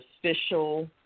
official